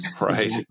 right